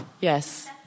Yes